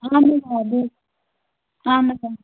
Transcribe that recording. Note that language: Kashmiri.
اہن حظ آ اہن حظ آ